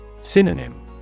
Synonym